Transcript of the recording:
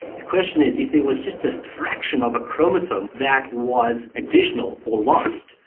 the question is if there was just a fraction of a chromosome that was additional or lost,